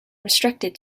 restricted